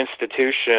institution